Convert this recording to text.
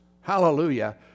hallelujah